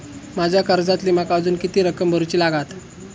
माझ्या कर्जातली माका अजून किती रक्कम भरुची लागात?